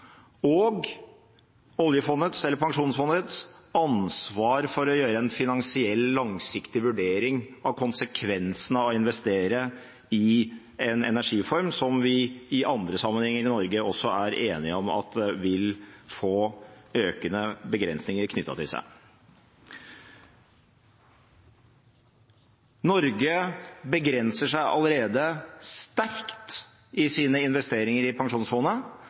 og oljefondets – eller Pensjonsfondets – ansvar for å gjøre en finansiell langsiktig vurdering av konsekvensen av å investere i en energiform som vi i andre sammenhenger i Norge er enige om vil få økende begrensninger knyttet til seg. Norge begrenser seg allerede sterkt i sine investeringer i Pensjonsfondet